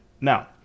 Now